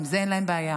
עם זה אין להם בעיה.